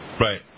Right